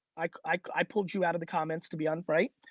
i pulled you out of the comments to be on, right?